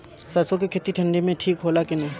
सरसो के खेती ठंडी में ठिक होला कि ना?